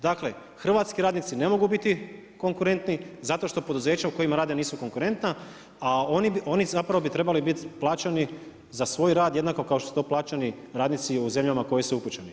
Dakle, hrvatski radnici ne mogu biti konkurentni za to što poduzeća u kojima rade nisu konkurentna, a oni zapravo bi trebali biti plaćeni za svoj rad jednako kao što su to plaćeni radnici u zemljama u koje su upućeni.